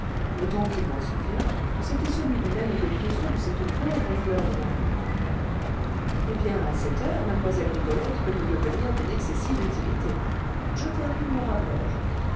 autant qu'il m'en souvient c'était celui d'une amie de prison de cette pauvre fleur de marie eh bien à cette heure mlle rigolette peut nous devenir d'une excessive utilité je termine mon rapport